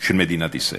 של מדינת ישראל.